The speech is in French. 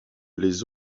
les